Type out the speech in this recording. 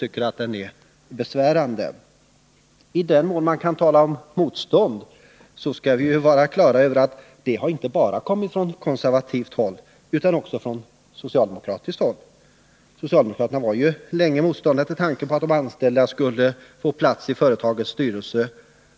Vi skall vara på det klara med att i den mån man kan tala om motstånd mot reformer har sådant kommit inte bara från konservativt håll utan också från socialdemokratiskt håll. Socialdemokraterna var ju länge motståndare till tanken att de anställda skulle få plats i företagens styrelser.